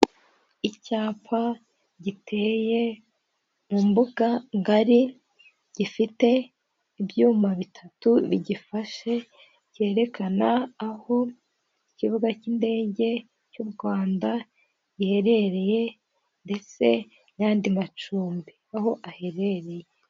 Icyapa giteye mu mbuga ngari gifite ibyuma bitatu bigifashe kerekana aho ikibuga cy'indege cy'u Rwanda giheherereye ndetse n'andi macumbi aho aherereye.